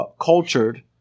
cultured